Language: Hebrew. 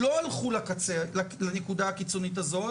לא הלכו לנקודה הקיצונית הזו,